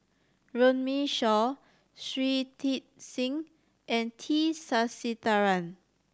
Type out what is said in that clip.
Runme Shaw Shui Tit Sing and T Sasitharan